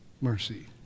mercy